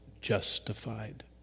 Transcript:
justified